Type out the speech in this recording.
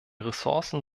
ressourcen